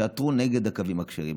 שעתרו נגד הקווים הכשרים.